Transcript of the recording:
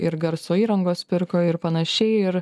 ir garso įrangos pirko ir panašiai ir